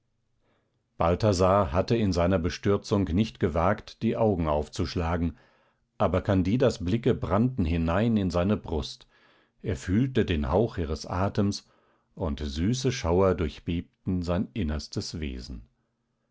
balthasar hatte in seiner bestürzung nicht gewagt die augen aufzuschlagen aber candidas blicke brannten hinein in seine brust er fühlte den hauch ihres atems und süße schauer durchbebten sein innerstes wesen